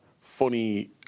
funny